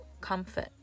comfort